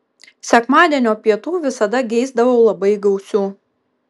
sekmadienio pietų visada geisdavau labai gausių